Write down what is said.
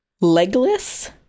legless